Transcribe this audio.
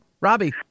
Robbie